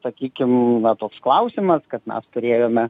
sakykim na toks klausimas kad mes turėjome